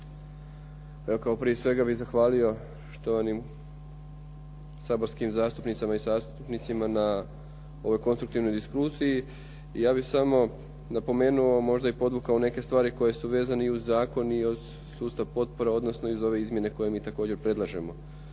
kao prije svega bih zahvalio štovanim saborskim zastupnicama i zastupnicima na ovoj konstruktivnoj diskusiji. Ja bih samo napomenuo, možda i podvukao neke stvari koje su vezne i uz zakon i uz sustav potpore, odnosno ove izmjene koje mi ovdje također predlažemo.